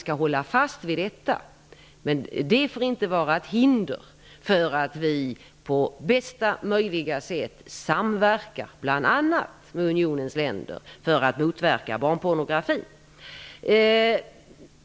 Men det får inte vara ett hinder för att vi på bästa möjliga sätt samverkar, bl.a. med unionens länder, för att motverka barnpornografi.